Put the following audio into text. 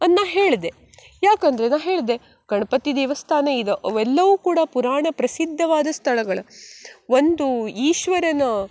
ಅಂದು ನಾ ಹೇಳಿದೆ ಯಾಕಂದರೆ ನಾ ಹೇಳಿದೆ ಗಣಪತಿ ದೇವಸ್ಥಾನ ಇದೆ ಅವೆಲ್ಲವೂ ಕೂಡ ಪುರಾಣ ಪ್ರಸಿದ್ಧವಾದ ಸ್ಥಳಗಳು ಒಂದು ಈಶ್ವರನ